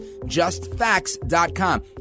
JustFacts.com